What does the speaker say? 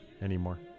anymore